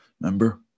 remember